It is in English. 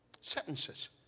sentences